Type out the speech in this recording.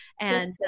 and-